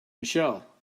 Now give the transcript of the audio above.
michelle